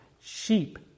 sheep